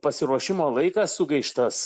pasiruošimo laikas sugaištas